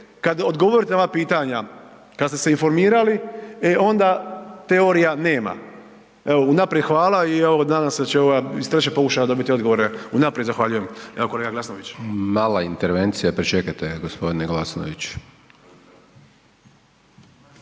Kad odgovorite na ova pitanja, kad ste se informirali, e onda teorija nema. Evo unaprijed hvala i evo nadam se da će ova iz trećeg pokušaja dobiti odgovore, unaprijed zahvaljujem. **Hajdaš Dončić, Siniša (SDP)** Mala intervencija, pričekajte gospodine Glasnović.